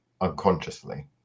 unconsciously